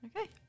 Okay